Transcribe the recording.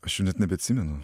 aš jau net nebeatsimenu